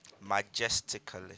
majestically